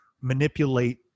manipulate